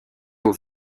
aux